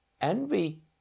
Envy